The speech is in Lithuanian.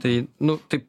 tai nu tai